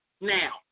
Now